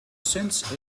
since